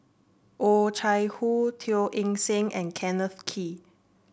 Oh Chai Hoo Teo Eng Seng and Kenneth Kee